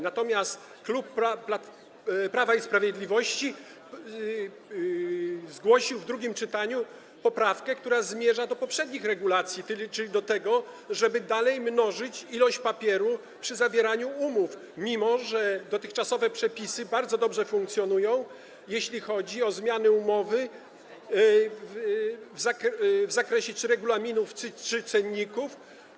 Natomiast klub Prawa i Sprawiedliwości zgłosił w drugim czytaniu poprawkę, która zmierza do poprzednich regulacji, czyli do tego, żeby dalej mnożyć ilość papieru przy zawieraniu umów, mimo że dotychczasowe przepisy bardzo dobrze funkcjonują, jeśli chodzi o zmiany umów, regulaminów czy cenników.